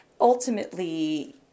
ultimately